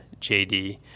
JD